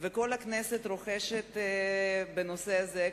וכל הכנסת רוחשת בנושא הזה,